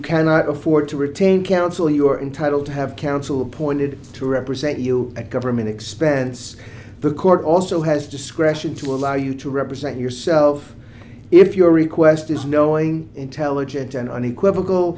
cannot afford to retain counsel your entitle to have counsel appointed to represent you at government expense the court also has discretion to allow you to represent yourself if your request is knowing intelligent and unequivocal